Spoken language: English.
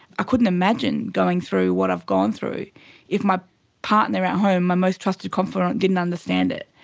i couldn't imagine going through what i've gone through if my partner at home, my most trusted confidante, didn't understand it,